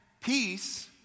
peace